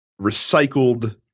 recycled